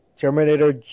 Terminator